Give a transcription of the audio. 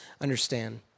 understand